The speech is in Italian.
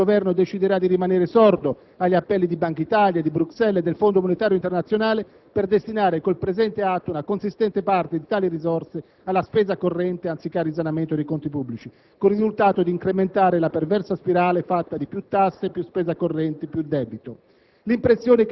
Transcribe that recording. Non a caso, il Governo deciderà di rimanere sordo agli appelli di Bankitalia, di Bruxelles e del Fondo Monetario Internazionale, per destinare - col presente atto - una consistente parte di tali risorse alla spesa corrente, anziché al risanamento dei conti pubblici, col risultato di incrementare la perversa spirale fatta di più tasse, più spesa corrente, più debito.